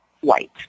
white